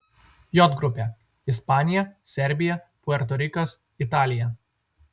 j grupė ispanija serbija puerto rikas italija